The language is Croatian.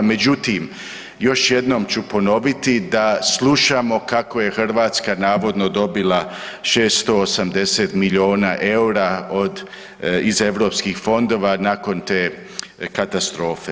Međutim, još jednom ću ponoviti da slušamo kako je Hrvatska navodno dobila 680 milijuna eura iz europskih fondova nakon te katastrofe.